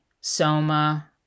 soma